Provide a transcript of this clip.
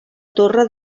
torre